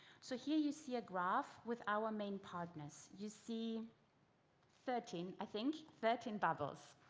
so here, you see a graph with our main partners. you see thirteen, i think, thirteen bubbles.